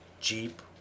jeep